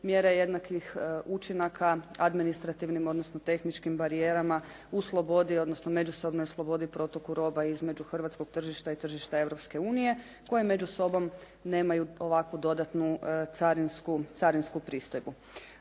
mjere jednakih učinaka administrativnim odnosno tehničkim barijerama u slobodi, odnosno međusobnoj slobodi protoku roba između hrvatskog tržišta i tržišta Europske unije koje među sobom nemaju ovakvu dodatnu carinsku pristojbu.